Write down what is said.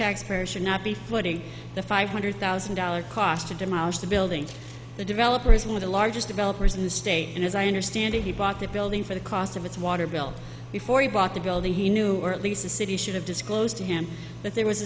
taxpayer should not be footing the five hundred thousand dollars cost to demolish the building the developer is one of the largest developers in the state and as i understand it he bought the building for the cost of its water bill before he bought the building he knew or at least the city should have disclosed to him that there was